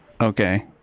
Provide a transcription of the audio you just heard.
Okay